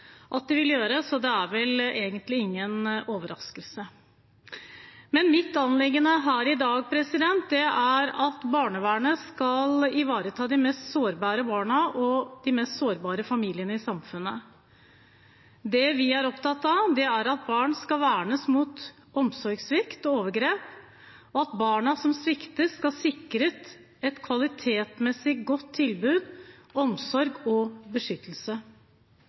at de vil gjøre, så det er vel egentlig ingen overraskelse. Mitt anliggende her i dag er at barnevernet skal ivareta de mest sårbare barna og de mest sårbare familiene i samfunnet. Det vi er opptatt av, er at barn skal vernes mot omsorgssvikt og overgrep, og at barna som sviktes, skal sikres et kvalitetsmessig godt tilbud, omsorg og beskyttelse.